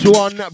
one